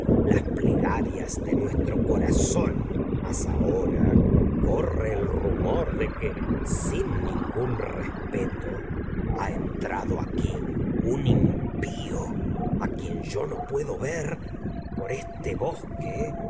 las plegarias de nuestro corazón mas de que ahora corre el rumor sin ningún respeto ha en yo no trado aquí un impío a quien puedo ver por este bosque